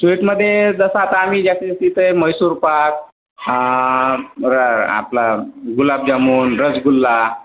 प्लेटमध्ये जसा आता आम्ही जास्तीत जास्ती तर म्हैसूरपाक मग आपला गुलाबजामून रसगुल्ला